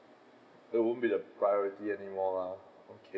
it won't be the priority anymore lah okay